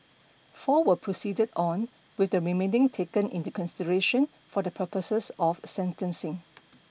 four were proceeded on with the remaining taken into consideration for the purposes of sentencing